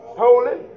holy